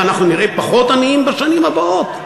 ואנחנו נראה פחות עניים בשנים הבאות?